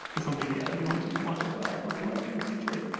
that's something, yeah, that we want to quantify, look more at in the future.